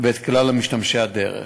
ואת כלל משתמשי הדרך.